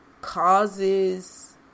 causes